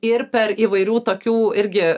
ir per įvairių tokių irgi